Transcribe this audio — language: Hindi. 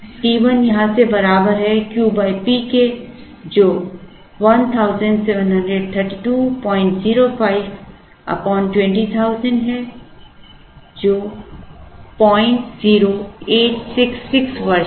t 1 यहाँ से बराबर है Q P के जो 173205 20000 है जो 00866 वर्ष है